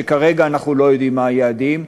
וכרגע אנחנו לא יודעים מה היעדים,